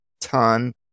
ton